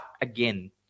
again